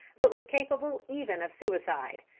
but was capable even of suicide.